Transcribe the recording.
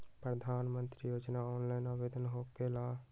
प्रधानमंत्री योजना ऑनलाइन आवेदन होकेला?